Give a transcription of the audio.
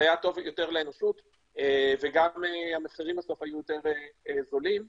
זה היה טוב יותר לאנושות וגם המחירים בסוף היו זולים יותר.